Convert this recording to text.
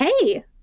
hey